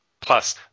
Plus